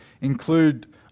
include